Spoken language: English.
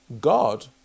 God